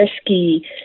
risky